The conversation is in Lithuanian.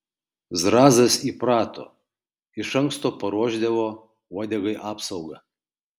zrazas įprato iš anksto paruošdavo uodegai apsaugą